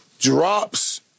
Drops